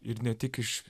ir ne tik iš